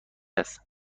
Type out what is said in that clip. است